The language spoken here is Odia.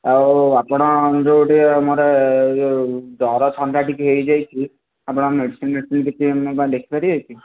ଆଉ ଆପଣ ଯେଉଁଠି ମୋର ଯେଉଁ ଜ୍ୱର ଥଣ୍ଡା ଟିକେ ହୋଇଯାଇଛି ଆପଣ ମେଡ଼ିସିନ ଫେଡ଼ିସିନ କିଛି ଲେଖିପାରିବେକି